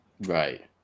Right